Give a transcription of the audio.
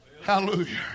Hallelujah